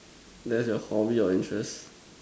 there's your hobby or interest